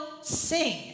sing